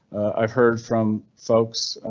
i've heard from folks.